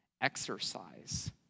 exercise